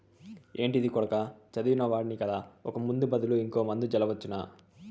ఏంటిది కొడకా చదివిన వాడివి కదా ఒక ముందు బదులు ఇంకో మందు జల్లవచ్చునా